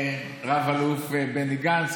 רב-אלוף בני גנץ,